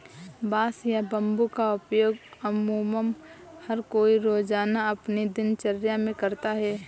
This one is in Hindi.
बांस या बम्बू का उपयोग अमुमन हर कोई रोज़ाना अपनी दिनचर्या मे करता है